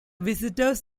visitors